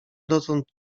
dotąd